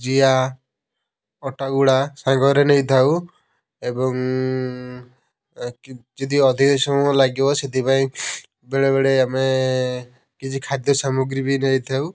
ଜିଆ ଅଟା ଗୁଳା ସାଙ୍ଗରେ ନେଇଥାଉ ଏବଂ କି ଯଦି ଅଧିକ ସମୟ ଲାଗିବ ସେଥିପାଇଁ ବେଳେବେଳେ ଆମେ କିଛି ଖାଦ୍ୟ ସାମଗ୍ରୀ ବି ନେଇଥାଉ